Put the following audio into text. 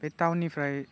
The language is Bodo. बे टाउननिफ्राय